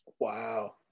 Wow